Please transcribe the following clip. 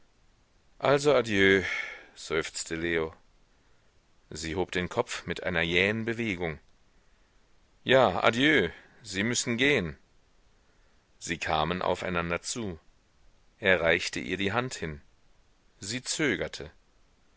also adieu seufzte leo sie hob den kopf mit einer jähen bewegung ja adieu sie müssen gehen sie kamen aufeinander zu er reichte ihr die hand hin sie zögerte